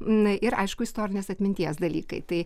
na ir aišku istorinės atminties dalykai tai